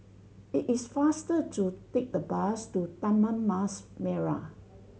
it is faster to take the bus to Taman Mas Merah